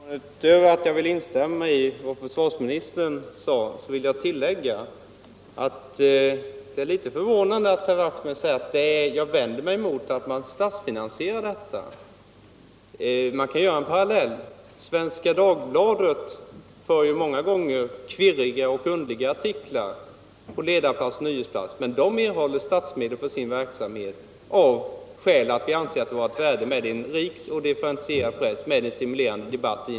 Fru talman! Utöver att jag vill instämma i vad försvarsministern sade, vill jag tillägga att det är litet förvånande att herr Wachtmeister säger att han vänder sig emot att statsfinansiera tidningen. Man kan dra en parallell. Svenska Dagbladet har ju många gånger kvirriga och underliga artiklar på ledaroch nyhetsplats, men den tidningen erhåller statsmedel för sin verksamhet av det skälet att vi i en demokrati anser det vara av värde med en rik och differentierad press, med en stimulerande debatt.